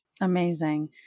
Amazing